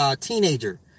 teenager